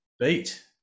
beat